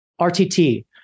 RTT